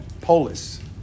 polis